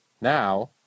Now